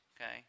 okay